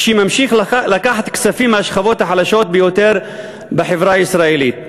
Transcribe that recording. שממשיך לקחת כספים מהשכבות החלשות ביותר בחברה הישראלית.